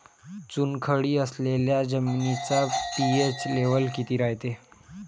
चुनखडी असलेल्या जमिनीचा पी.एच लेव्हल किती रायते?